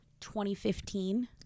2015